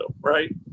Right